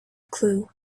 clue